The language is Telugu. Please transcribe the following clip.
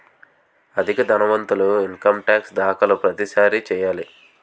అధిక ధనవంతులు ఇన్కమ్ టాక్స్ దాఖలు ప్రతిసారి చేయాలి